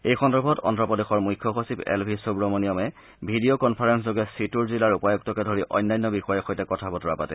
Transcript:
এই সন্দৰ্ভত অন্ধ্ৰ প্ৰদেশৰ মুখ্য সচিব এল ভি সুৱমনিয়মে ভিডিঅ' কনফাৰেন্সযোগে চিটুৰ জিলাৰ উপায়ুক্তকে ধৰি অন্যান্য বিষয়াৰ সৈতে কথা বতৰা পাতে